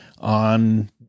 on